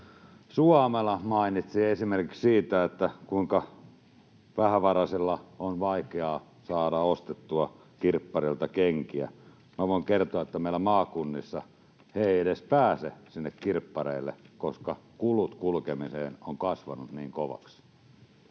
Suomela mainitsi esimerkiksi siitä, kuinka vähävaraisilla on vaikeaa saada ostettua kirppareilta kenkiä. Minä voin kertoa, että meillä maakunnissa he eivät edes pääse sinne kirppareille, koska kulut kulkemiseen ovat kasvaneet niin kovaksi.